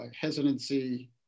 hesitancy